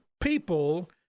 people